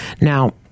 Now